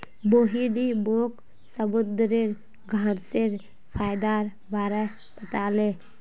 मोहिनी मोक समुंदरी घांसेर फयदार बारे बताले